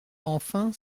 enfin